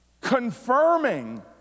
confirming